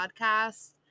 podcast